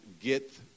get